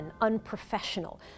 unprofessional